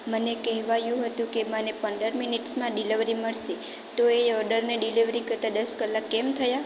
મને કહેવાયું હતું કે મને પંદર મિનીટ્સમાં ડિલિવરી મળશે તો એ ઓર્ડરની ડિલિવરી કરતાં દસ કલાક કેમ થયા